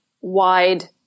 wide